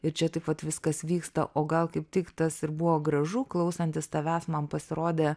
ir čia taip pat viskas vyksta o gal kaip tik tas ir buvo gražu klausantis tavęs man pasirodė